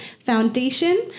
Foundation